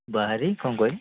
ବାହାରି କ'ଣ କହିଲେ